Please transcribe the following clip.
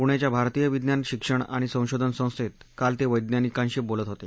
पुण्याच्या भारतीय विज्ञान शिक्षण आणि संशोधन संस्थेत काल ते वैज्ञानिकांशी बोलत हेते